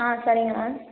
ஆ சரிங்க மேம்